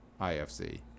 IFC